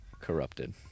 corrupted